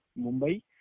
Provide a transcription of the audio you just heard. Mumbai